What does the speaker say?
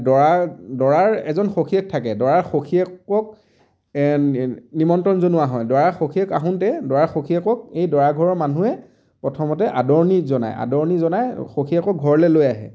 দৰা দৰাৰ এজন সখীয়েক থাকে দৰাৰ সখীয়েকক নিমন্ত্ৰণ জনোৱা হয় দৰাৰ সখীয়েক আহোঁতে দৰাৰ সখীয়েকক এই দৰাঘৰৰ মানুহে প্ৰথমতে আদৰণি জনাই আদৰণি জনাই সখীয়েকক ঘৰলৈ লৈ আহে